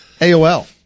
AOL